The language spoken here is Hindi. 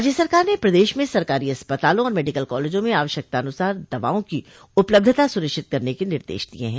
राज्य सरकार ने प्रदेश में सरकारी अस्पतालों और मेडिकल कॉलेजों में आवश्यकतानुसार दवाओं की उपलब्धता सुनिश्चित करने के निदेश दिये हैं